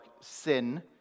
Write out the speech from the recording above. sin